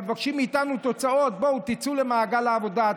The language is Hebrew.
אבל מבקשים מאיתנו תוצאות: בואו תצאו למעגל העבודה,